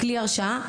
וכלי הרשעה,